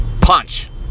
Punch